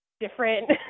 different